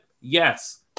Yes